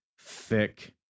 thick